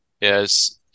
Yes